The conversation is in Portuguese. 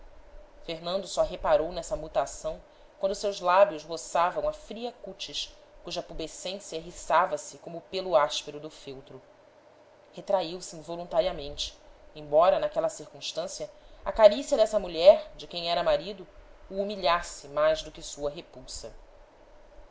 fernando só reparou nessa mutação quando seus lábios roçavam a fria cútis cuja pubescência erriçava se como o pêlo áspero do feltro retraiu se involuntariamente embora naquela circunstância a carícia dessa mulher de quem era marido o humilhasse mais do que sua repulsa